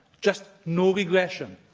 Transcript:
just no regression.